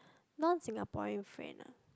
non Singaporean friend